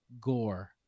Gore